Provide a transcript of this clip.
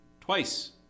twice